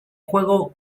juego